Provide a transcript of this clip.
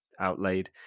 outlaid